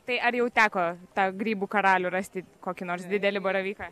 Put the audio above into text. tai ar jau teko tą grybų karalių rasti kokį nors didelį baravyką